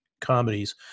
comedies